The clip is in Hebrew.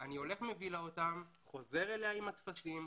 אני חוזר אליה עם הטפסים,